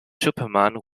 superman